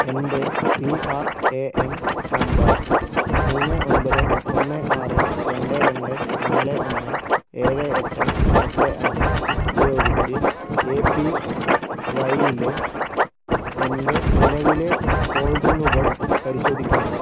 എൻ്റെ P R A N number മൂന്ന് ഒൻപത് ഒന്ന് ആറ് രണ്ട് രണ്ട് നാല് ഒന്ന് ഏഴ് എട്ട് എട്ട് അഞ്ച് ഉപയോഗിച്ച് എ പി വൈയിലെ എൻ്റെ നിലവിലെ ഹോൾഡിംഗുകൾ പരിശോധിക്കാമോ